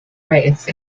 race